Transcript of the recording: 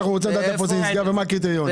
אנחנו רוצים לדעת איפה נסגרו ומה הקריטריונים.